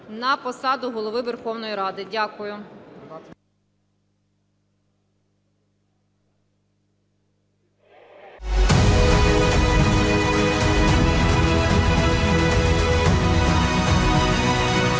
на посаду Голови Верховної Ради. Дякую.